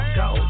go